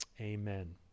Amen